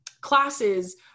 classes